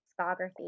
Discography